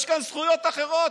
יש כאן זכויות אחרות,